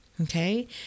Okay